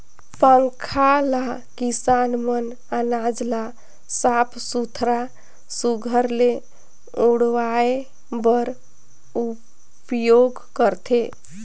पंखा ल किसान मन अनाज ल साफ सुथरा सुग्घर ले उड़वाए बर उपियोग करथे